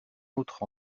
autre